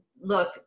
look